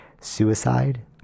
suicide